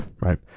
right